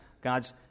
God's